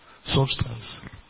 Substance